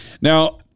Now